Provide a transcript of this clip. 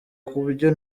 kubyo